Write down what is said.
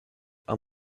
are